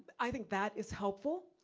i think that is helpful.